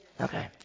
Okay